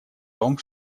том